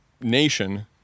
Nation